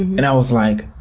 and i was like,